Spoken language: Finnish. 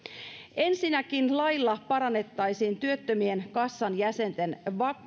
ensinnäkin lailla parannettaisiin työttömien kassan jäsenten